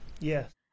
Yes